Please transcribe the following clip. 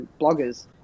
bloggers